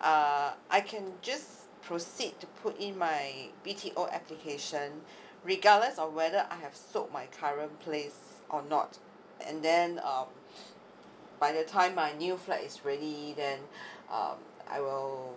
uh I can just proceed to put in my B T O application regardless of whether I have sold my current place or not and then um by the time my new flat is ready then uh I will